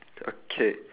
okay